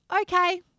okay